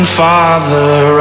father